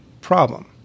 problem